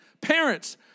parents